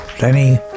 Lenny